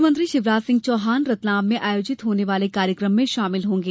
मुख्यमंत्री शिवराज सिंह चौहान रतलाम में आयोजित होने वाले कार्यक्रम में शामिल होंगे